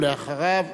ואחריו,